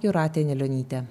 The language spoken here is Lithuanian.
jūratė anilionytė